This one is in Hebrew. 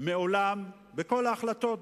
מעולם, בכל ההחלטות,